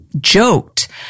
joked